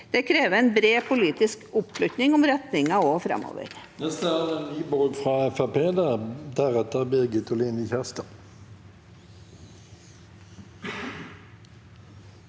Det krever en bred politisk oppslutning om retningen også framover.